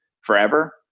forever